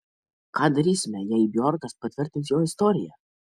ką darysime jei bjorkas patvirtins jo istoriją